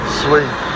sweet